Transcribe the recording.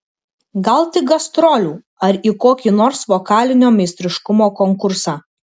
gal tik gastrolių ar į kokį nors vokalinio meistriškumo konkursą